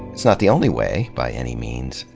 it's not the only way, by any means,